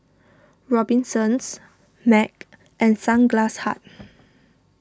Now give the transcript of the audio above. Robinsons Mac and Sunglass Hut